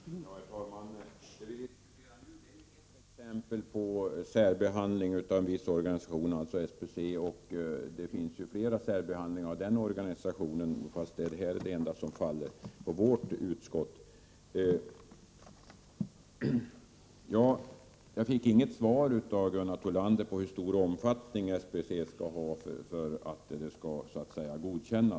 Herr talman! Det vi diskuterar nu är ett exempel på en särbehandling av en viss organisation, dvs. SBC. Det finns flera exempel på särbehandling av den organisationen, fast detta är det enda som faller på vårt utskott. Jag fick inget svar av Gunnar Thollander på hur stor omfattning SBC skall ha för att organisationen skall godkännas.